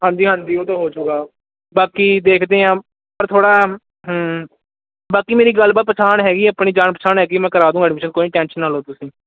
ਹਾਂਜੀ ਹਾਂਜੀ ਉਹ ਤਾਂ ਹੋ ਜਾਊਗਾ ਬਾਕੀ ਦੇਖਦੇ ਹਾਂ ਪਰ ਥੋੜ੍ਹਾ ਬਾਕੀ ਮੇਰੀ ਗੱਲਬਾਤ ਪਛਾਣ ਹੈਗੀ ਆ ਆਪਣੀ ਜਾਣ ਪਛਾਣ ਹੈਗੀ ਆ ਮੈਂ ਕਰਾ ਦੂੰਗਾ ਐਡਮੀਸ਼ਨ ਕੋਈ ਨਾ ਟੈਂਸ਼ਨ ਨਾ ਲਓ ਤੁਸੀਂ